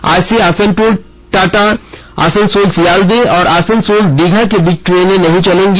आज से आसनसोल टाटा आसनसोल सियालदह और आसनसोल दीघा के बीच ट्रेन नहीं चलेगी